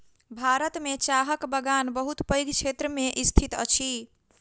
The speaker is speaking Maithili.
भारत में चाहक बगान बहुत पैघ क्षेत्र में स्थित अछि